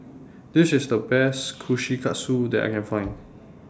This IS The Best Kushikatsu that I Can Find